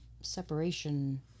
separation